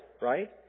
right